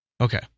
Okay